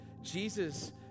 Jesus